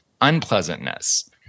unpleasantness